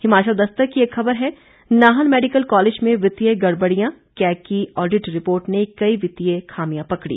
हिमाचल दस्तक की एक खबर है नाहन मेडिकल कॉलेज में वित्तीय गड़बड़ियां कैग की ऑडिट रिपोर्ट ने कई वित्तीय खामियां पकड़ी